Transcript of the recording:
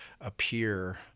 appear